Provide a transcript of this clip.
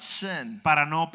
sin